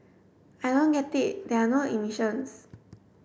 I don't get it there are no emissions